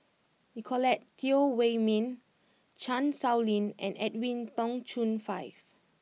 Nicolette Teo Wei min Chan Sow Lin and Edwin Tong Chun Fai